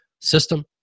system